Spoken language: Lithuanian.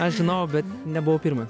aš žinojau bet nebuvau pirmas